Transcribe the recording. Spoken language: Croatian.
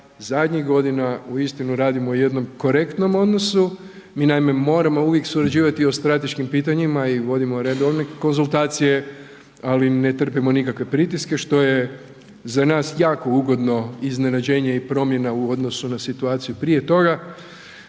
zadnjih godina uistinu radimo u jednom korektnom odnosu, mi naime moramo uvijek surađivati o strateškim pitanjima i vodimo redovne konzultacije, ali ne trpimo nikakve pritiske što je za nas jako ugodno, iznenađenje i promjena u odnosu na situaciju prije toga,